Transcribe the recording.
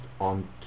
on